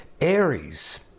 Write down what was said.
Aries